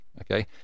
okay